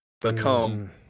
Become